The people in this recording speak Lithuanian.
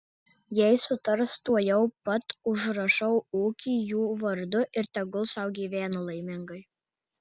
jei sutars tuojau pat užrašau ūkį jų vardu ir tegul sau gyvena laimingai